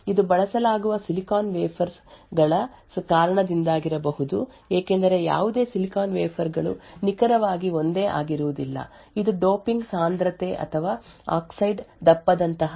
ಇದು ಬಳಸಲಾಗುವ silicon wafer ಗಳ ಕಾರಣದಿಂದಾಗಿರಬಹುದು ಏಕೆಂದರೆ ಯಾವುದೇ ಸಿಲಿಕಾನ್ ವೇಫರ್ ಗಳು ನಿಖರವಾಗಿ ಒಂದೇ ಆಗಿರುವುದಿಲ್ಲ ಇದು ಡೋಪಿಂಗ್ ಸಾಂದ್ರತೆ ಅಥವಾ ಆಕ್ಸೈಡ್ ದಪ್ಪದಂತಹ ಇತರ ಅಂಶಗಳ ಕಾರಣದಿಂದಾಗಿರಬಹುದು ಮತ್ತು ಪ್ರತಿ ಟ್ರಾನ್ಸಿಸ್ಟರ್ ಗೆ ಅನನ್ಯವಾಗಿರುತ್ತದೆ